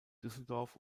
düsseldorf